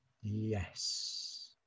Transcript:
Yes